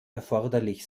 erforderlich